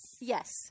Yes